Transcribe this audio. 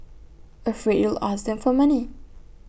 afraid you'll ask them for money